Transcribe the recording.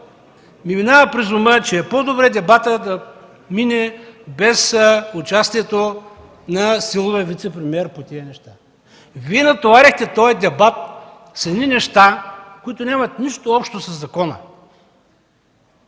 ми минава през ума, че е по-добре дебатът да мине без участието на силовия вицепремиер по тези неща. Вие натоварихте този дебат с неща, които нямат нищо общо със закона.